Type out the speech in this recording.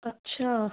अच्छा